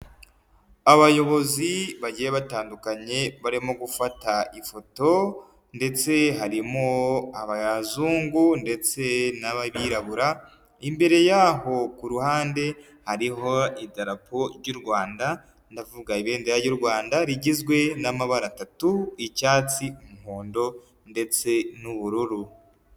Abayobozi bagiye batandukanye barimo gufata ifoto ndetse harimo abazungu ndetse n'abirabura, imbere yaho ku ruhande hariho idarapo ry'u Rwanda, ndavuga ibendera ry'u Rwanda rigizwe n'amabara atatu icyatsi, umuhondo ndetse n'ubururu.